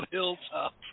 Hilltop